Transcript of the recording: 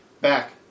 Back